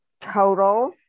total